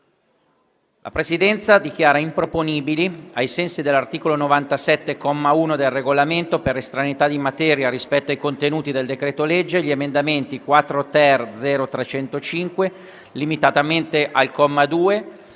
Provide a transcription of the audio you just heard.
La Presidenza dichiara improponibili, ai sensi dell'articolo 97, comma 1, del Regolamento, per estraneità di materia rispetto ai contenuti del decreto-legge, gli emendamenti 4-*ter*.0.305 (limitatamente al comma 2),